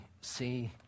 see